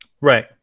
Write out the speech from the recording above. Right